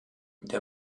der